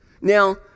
Now